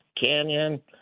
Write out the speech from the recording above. canyon